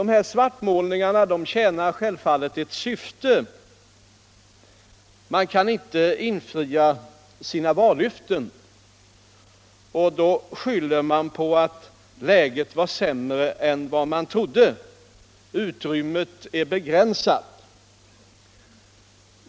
Svartmålningarna tjänar självfallet ett syfte: man kan inte infria sina vallöften, och då skyller man på att läget var sämre än man trodde, utrymmet är begränsat.